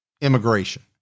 immigration